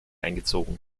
eingezogen